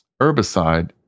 herbicide